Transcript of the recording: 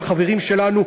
על חברים שלנו,